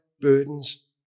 burdens